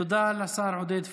תודה לשר עודד פורר.